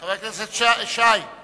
חבר הכנסת שי,